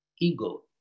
ego